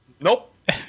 Nope